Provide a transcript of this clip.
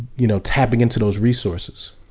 you know, tapping into those resources.